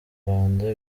rwanda